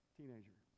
teenager